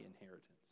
inheritance